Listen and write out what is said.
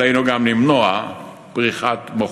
עלינו גם למנוע בריחת מוחות,